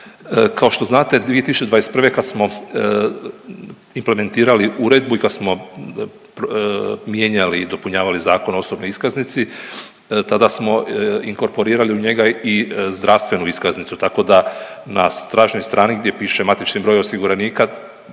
Kao što znate 2021. kad smo implementirali uredbu i kad smo mijenjali i dopunjavali Zakon o osobnoj iskaznici tada smo inkorporirali u njega i zdravstvenu iskaznicu, tako da na stražnjoj strani gdje piše matični broj osiguranika